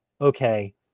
okay